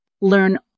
Learn